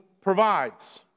provides